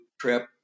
trip